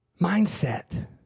mindset